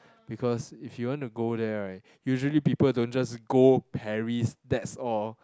because if you want to go there right usually people don't just go Paris that's all